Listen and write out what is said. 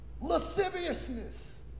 Lasciviousness